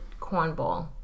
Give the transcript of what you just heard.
cornball